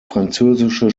französische